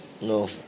No